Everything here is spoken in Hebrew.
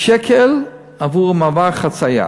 שקל עבור מעבר חציה.